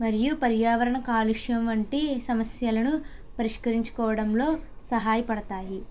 మరియు పర్యావరణ కాలుష్యం వంటి సమస్యలను పరిష్కరించుకోవడంలో సహాయపడతాయి